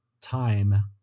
time